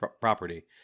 property